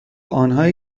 آنهایی